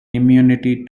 immunity